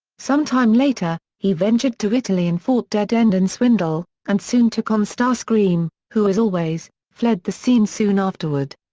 some time later, he ventured to italy and fought deadend and swindle, and soon took on starscream, who as always, fled the scene soon afterward.